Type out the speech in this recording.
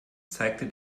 zeigte